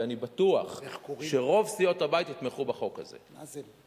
ואני בטוח שרוב סיעות הבית יתמכו בחוק הזה.